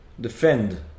defend